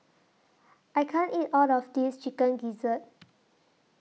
I can't eat All of This Chicken Gizzard